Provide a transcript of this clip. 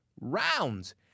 rounds